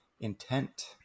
intent